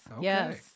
Yes